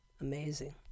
Amazing